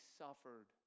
suffered